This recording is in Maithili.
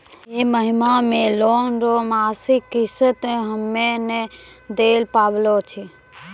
है महिना मे लोन रो मासिक किस्त हम्मे नै दैल पारबौं